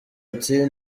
ati